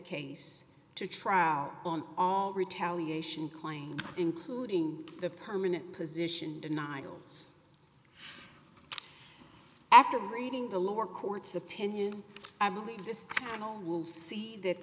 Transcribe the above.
case to trial on all retaliation claims including the permanent position denials after reading the lower court's opinion i believe this will see that